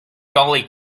gully